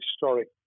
historic